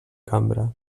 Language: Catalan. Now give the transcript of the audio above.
cambra